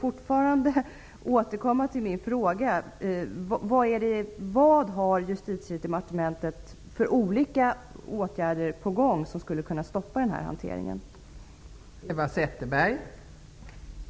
Jag vill därför återkomma till min fråga: Vilka olika åtgärder som skulle kunna stoppa den här hanteringen överväger Justitiedepartementet?